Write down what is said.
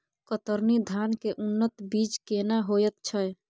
कतरनी धान के उन्नत बीज केना होयत छै?